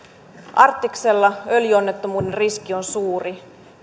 arktiksella öljyonnettomuuden riski on suuri